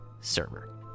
server